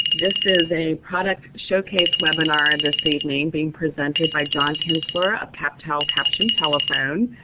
this is a product showcase webinar this evening being presented by john kinstler of captel captioned telephone.